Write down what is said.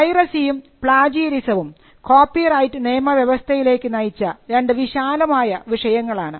പൈറസിയും പ്ളാജിയറിസവും കോപ്പിറൈറ്റ് നിയമവ്യവസ്ഥയിൽലേക്ക് നയിച്ച രണ്ട് വിശാലമായ വിഷയങ്ങളാണ്